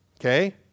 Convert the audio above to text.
Okay